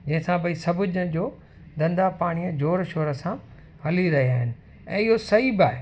जंहिं सां भई सभु जन जो धंधा पाणीअ जोर शोर सां हली रहियां आहिनि ऐं इहो सही बि आहे